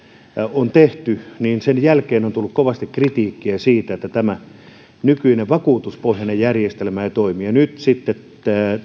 on tehty niin sen jälkeen on tullut kovasti kritiikkiä siitä että tämä nykyinen vakuutuspohjainen järjestelmä ei toimi ja nyt sitten